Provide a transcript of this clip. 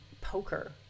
poker